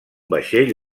vaixell